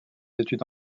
études